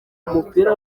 umupira